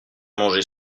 manger